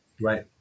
Right